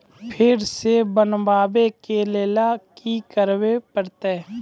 फेर सॅ बनबै के लेल की करे परतै?